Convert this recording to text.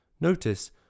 Notice